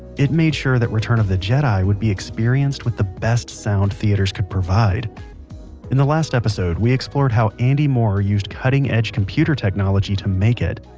it made sure that return of the jedi would be experienced with the best sound theaters could provide in the last episode we explored how andy moorer used cutting edge computer technology to make it.